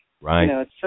Right